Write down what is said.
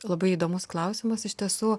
labai įdomus klausimas iš tiesų